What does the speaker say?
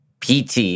PT